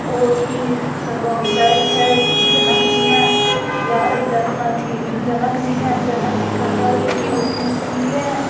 वो ही सब अंग बैल है जनक जी हैं अथी जनक जी हैं जनक जी के चार बेटी उसी में से निकले हैं